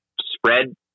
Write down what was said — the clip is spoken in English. spread